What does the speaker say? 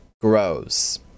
grows